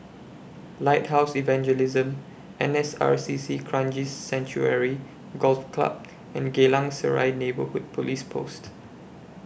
Lighthouse Evangelism N S R C C Kranji Sanctuary Golf Club and Geylang Serai Neighbourhood Police Post